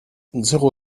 zéro